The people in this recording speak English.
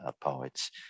poets